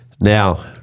Now